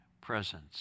presence